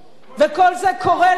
וכל זה קורה לנו,